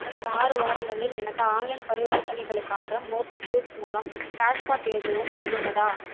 கடந்த ஆறு வாரங்களில் எனக்கு ஆன்லைன் பரிவர்த்தனைகளுக்காக மோபிக்யூக் மூலம் கேஷ் பேக் எதுவும் வந்துள்ளதா